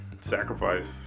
sacrifice